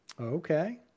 Okay